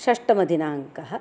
षष्ठमदिनाङ्कः